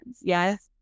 yes